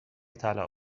طلا